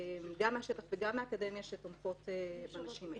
גם מהשטח וגם מהאקדמיה שתומכות בנשים האלה.